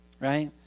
Right